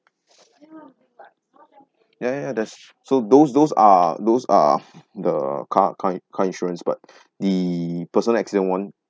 ya ya ya there's so those those are those are the car car car insurance but the personal accident [one]